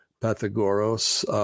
Pythagoras